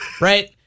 Right